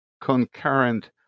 concurrent